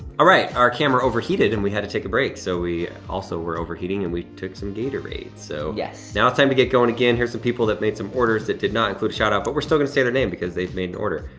all right, our camera overheated and we had to take a break. so we also were overheating and we took some gatorade, so. yes. now it's time to get going again. here's some people that made some orders that did not include a shout-out, but we're still gonna say their name because they've made an order.